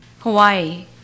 Hawaii